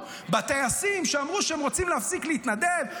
בטייסים שאמרו שהם רוצים להפסיק להתנדב,